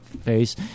face